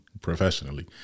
professionally